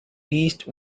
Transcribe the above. least